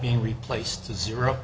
being replaced to zero